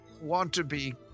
want-to-be